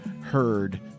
heard